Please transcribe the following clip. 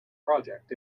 project